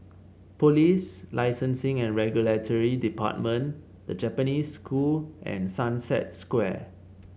Police Licensing and Regulatory Department The Japanese School and Sunset Square